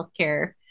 healthcare